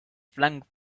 flung